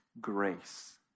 grace